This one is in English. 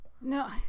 No